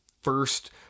first